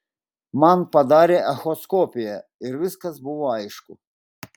man padarė echoskopiją ir viskas buvo aišku